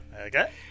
Okay